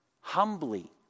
humbly